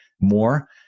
more